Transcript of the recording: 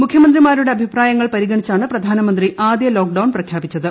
മുഖ്യമന്ത്രിമാരുടെ അഭിപ്രായങ്ങൾ പരിഗണിച്ചാണ് പ്രധാനമന്ത്രി ആദ്യ ലോക്ഡൌൺ പ്രഖ്യാപിച്ചത്